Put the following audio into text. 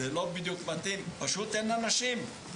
בדיוק מתאים, פשוט אין אנשים.